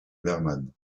bergman